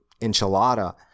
enchilada